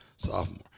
Sophomore